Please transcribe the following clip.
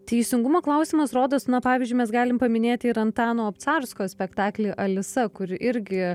teisingumo klausimas rodos na pavyzdžiui mes galim paminėti ir antano obcarsko spektaklį alisa kur irgi